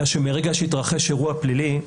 אלא שמהרגע שהתרחש אירוע פלילי,